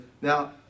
now